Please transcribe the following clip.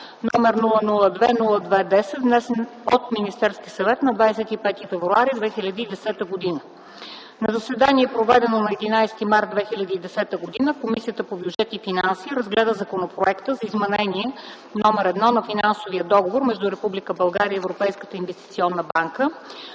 внесен от Министерския съвет на 25 февруари 2010 г. На заседание, проведено на 11 март 2010 г., Комисията по бюджет и финанси разгледа Законопроекта за Изменение № 1 на Финансовия договор между Република България и Европейската инвестиционна банка